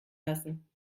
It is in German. lassen